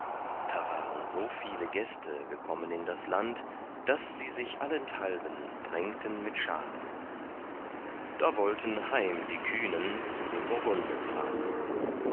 da waren so viele gäste gekommen in das land daß sie sich allenthalben drängten mit den scharen da wollten heim die kühnen zu den burgunden fahren